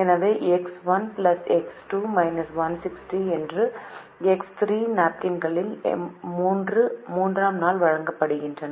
எனவே X 1 X 2−160 மற்றும் X 3 நாப்கின்கள் 3 ஆம் நாளில் வாங்கப்படுகின்றன